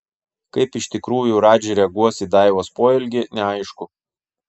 kaip iš tikrųjų radži reaguos į daivos poelgį neaišku